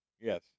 Yes